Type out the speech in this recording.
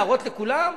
להראות לכולם?